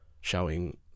showing